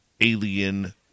alien